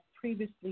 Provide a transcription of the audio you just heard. previously